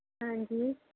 ਹਾਂਜੀ